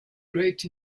great